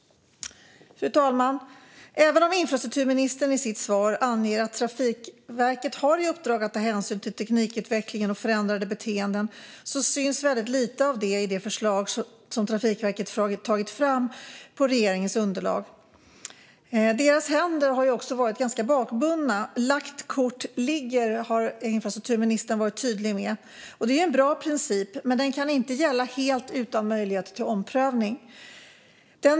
Fru talman! Även om infrastrukturministern i sitt svar anger att Trafikverket har i uppdrag att ta hänsyn till teknikutvecklingen och förändrade beteenden syns väldigt lite av detta i det förslag som Trafikverket har tagit fram på regeringens underlag. Trafikverkets händer har också varit ganska bakbundna. Lagt kort ligger, har infrastrukturministern varit tydlig med. Det är en bra princip, men den kan inte gälla helt utan möjlighet till omprövning.